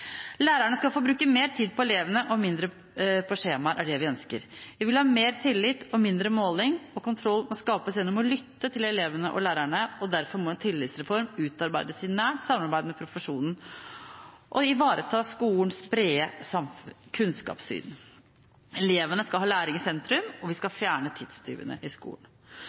Lærerne skal få bruke mer tid på elevene og mindre tid på skjemaer. Det er det vi ønsker. Vi vil ha mer tillit og mindre måling, og kontroll må skapes gjennom å lytte til elevene og lærerne. Derfor må en tillitsreform utarbeides i nært samarbeid med profesjonen, ivareta skolens brede kunnskapssyn og ha elevenes læring i sentrum, og vi skal fjerne tidstyvene i skolen.